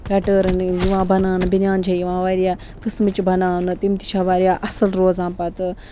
pattern یِوان بَناونہٕ بنیان چھےٚ یِوان وارِیاہ قٕسمٕچ بَناونہٕ تِم تہِ چھےٚ وارِیاہ اَصٕل روزان پَتہٕ